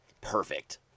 Perfect